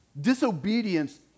Disobedience